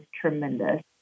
tremendous